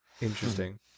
Interesting